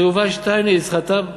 זה יובל שטייניץ חתם.